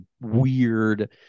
weird